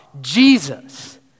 Jesus